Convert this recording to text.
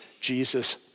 Jesus